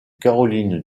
caroline